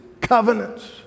covenants